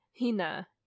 Hina